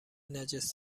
نجس